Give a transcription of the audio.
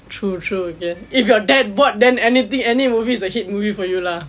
true true again if you are that bored then any any movie is a hit movie for you lah